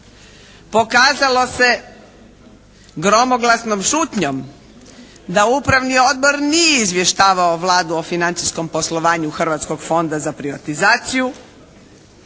pokazalo se gromoglasnom šutnjom da upravni odbor nije izvještavao Vladu o financijskom poslovanju Hrvatskog fonda za privatizaciju,